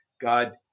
God